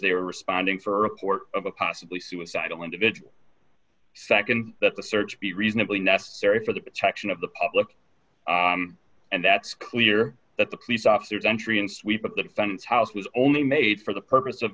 they are responding for reports of a possibly suicidal individual nd that the search be reasonably necessary for the protection of the public and that's clear that the police officers entry and sweep of the funds house was only made for the purpose of